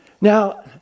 Now